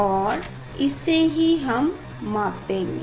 और इसे ही हम मापेंगे